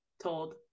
told